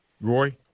Roy